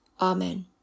Amen